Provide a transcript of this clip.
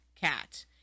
cat